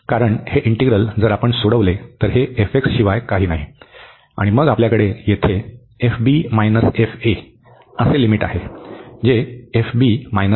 कारण हे इंटीग्रल जर आपण सोडवले तर हे f शिवाय काही नाही आणि मग आपल्याकडे येथे लिमिट आहे जे असेल